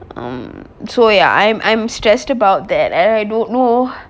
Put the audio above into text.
um so ya I'm I'm stressed about that and I don't know